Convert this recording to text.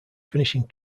finishing